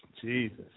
Jesus